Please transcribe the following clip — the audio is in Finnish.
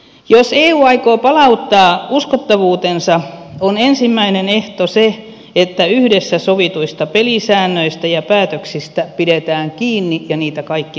jos eu aikoo palauttaa uskottavuutensa on ensimmäinen ehto se että yhdessä sovituista pelisäännöistä ja päätöksistä pidetään kiinni ja niitä kaikki noudattavat